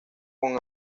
con